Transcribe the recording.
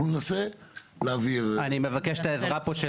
אנחנו ננסה להעביר --- אני מבקש את העזרה פה של